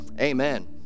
Amen